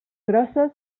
grosses